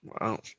Wow